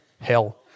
Hell